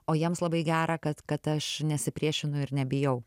o jiems labai gera kad kad aš nesipriešinu ir nebijau